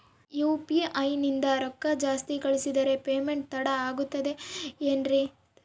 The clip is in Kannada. ಯು.ಪಿ.ಐ ನಿಂದ ರೊಕ್ಕ ಜಾಸ್ತಿ ಕಳಿಸಿದರೆ ಪೇಮೆಂಟ್ ತಡ ಆಗುತ್ತದೆ ಎನ್ರಿ?